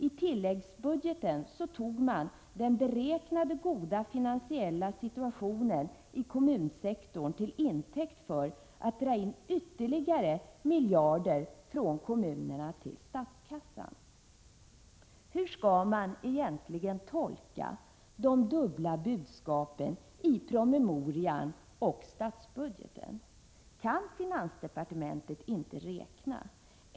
I tilläggsbudgeten tog man den beräknade goda finansiella situationen i kommunsektorn till intäkt för att dra in ytterligare miljarder från kommunerna till statskassan. Hur skall man egentligen tolka de dubbla budskapen i promemorian och statsbudgeten? Kan finansdepartementet inte räkna?